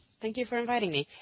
thank you for inviting me.